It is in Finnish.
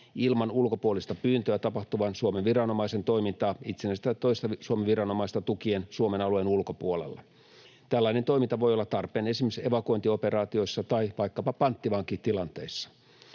ilman ulkopuolista pyyntöä tapahtuvaa Suomen viranomaisen toimintaa itsenäisesti tai toista Suomen viranomaista tukien Suomen alueen ulkopuolella. Tällainen toiminta voi olla tarpeen esimerkiksi evakuointioperaatioissa tai vaikkapa panttivankitilanteissa.